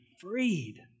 freed